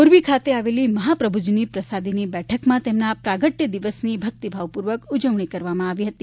મોરબી ખાતે આવેલી મહાપ્રભુજીની પ્રસાદીની બેઠકમાં તેમના પ્રાગટ્ય દિવસની ભક્તિભાવપૂર્વક ઉજવણી કરવામાં આવી હતી